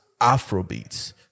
Afrobeats